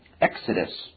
Exodus